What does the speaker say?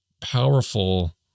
powerful